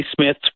Smith